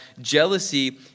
jealousy